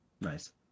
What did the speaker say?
Nice